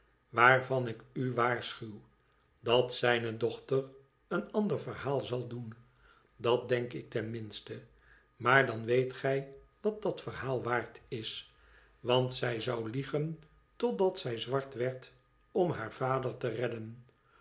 waarvan ik u waarschuw dat zijne dochter een ander verhaal zal doen dat denk ik ten minste maar dan weet gij wat dat verhaal waard is want zij zou liegen totdat zij zwart werd om haar vader te redden